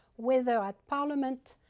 whether at parliament,